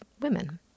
women